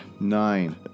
Nine